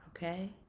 Okay